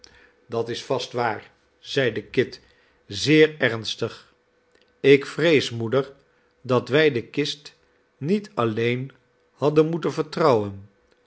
dat is vast waar zeide kit zeer ernstig ik vrees moeder dat wij de kist niet alleen hadden moeten vertrouwen